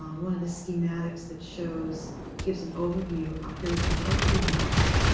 um one of the schematics that shows gives an overview. ah here we go an overview of most.